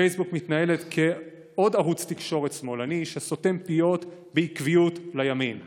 פייסבוק מתנהלת כעוד ערוץ תקשורת שמאלני שסותם פיות לימין בעקביות.